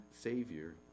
Savior